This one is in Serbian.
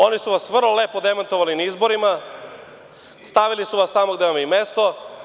Oni su vas vrlo lepo demantovali na izborima, stavili su vas tamo gde vam je i mesto.